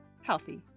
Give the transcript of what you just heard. healthy